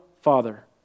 Father